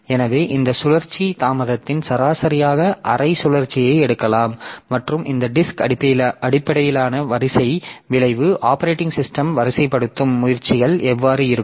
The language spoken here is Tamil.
எனவே இந்த சுழற்சி தாமதத்தின் சராசரியாக அரை சுழற்சியை எடுக்கலாம் மற்றும் இந்த டிஸ்க் அடிப்படையிலான வரிசை விளைவு OS வரிசைப்படுத்தும் முயற்சிகள் எவ்வாறு இருக்கும்